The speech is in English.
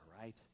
right